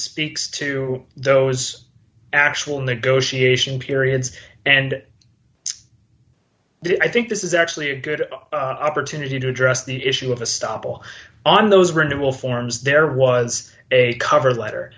speaks to those actual negotiation periods and i think this is actually a good opportunity to address the issue of a stoppel on those renewal forms there was a cover letter